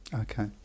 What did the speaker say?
Okay